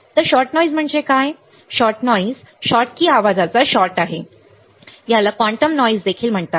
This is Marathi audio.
तर शॉट नॉईज म्हणजे काय शॉट नॉईज शॉटकी आवाजाचा शॉट आहे याला क्वांटम नॉईज देखील म्हणतात